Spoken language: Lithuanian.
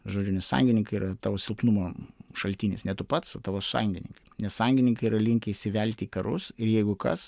žodžiu nes sąjungininkai yra tavo silpnumo šaltinis ne tu pats o tavo sąjungininkai nes sąjungininkai yra linkę įsivelt į karus ir jeigu kas